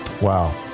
Wow